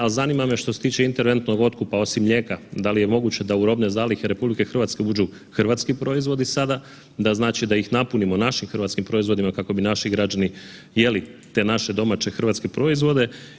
Ali zanima me što se tiče interventnog otkupa osim mlijeka, da li je moguće da u robne zalihe RH uđu hrvatski proizvodi sada, da ih napunimo našim hrvatskim proizvodima kako bi naši građani jeli te naše domaće hrvatske proizvode?